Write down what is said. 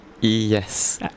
yes